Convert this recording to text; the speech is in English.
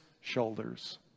shoulders